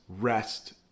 rest